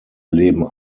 leben